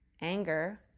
Anger